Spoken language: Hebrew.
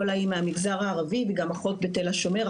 עולא היא מהמגזר הערבי וגם אחות בתל השומר,